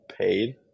paid